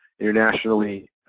internationally